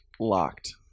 Locked